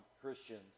Christians